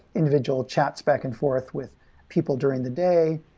individual chats back and forth with people during the day.